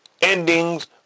endings